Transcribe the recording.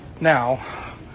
Now